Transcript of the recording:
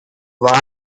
war